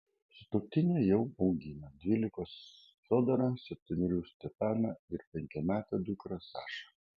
sutuoktiniai jau augina dvylikos fiodorą septynerių stepaną ir penkiametę dukrą sašą